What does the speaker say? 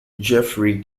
geoffrey